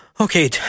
Okay